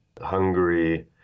Hungary